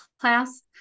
class